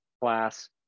class